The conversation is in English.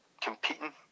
competing